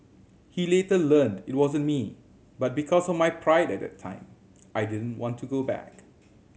he later learned it wasn't me but because of my pride at the time I didn't want to go back